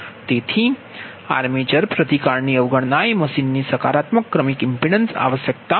તેથી આર્મેચર પ્રતિકારની અવગણના એ મશીનની સકારાત્મક ક્રમિક ઇમ્પિડન્સ આવશ્યકતા મુજબ Z1jXd છે